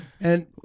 And-